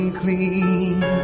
clean